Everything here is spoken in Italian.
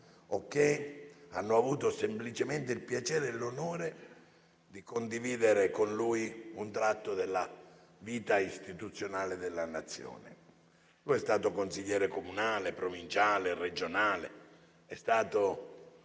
o che hanno avuto semplicemente il piacere e l'onore di condividere con lui un tratto della vita istituzionale della Nazione. Egli è stato consigliere comunale, provinciale e regionale; è stato